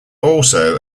also